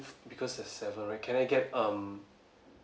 because there's seven right can I get um